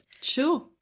Sure